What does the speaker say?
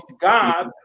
God